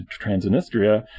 Transnistria